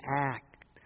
act